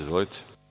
Izvolite.